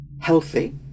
healthy